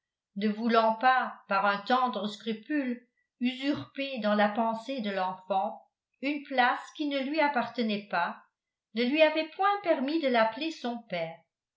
ne voulant pas par un tendre scrupule usurper dans la pensée de l'enfant une place qui ne lui appartenait pas ne lui avait point permis de l'appeler son père